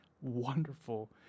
wonderful